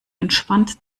entspannt